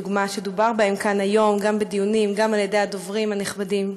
שדובר בהם היום גם בדיונים וגם כאן על-ידי הדוברים הנכבדים.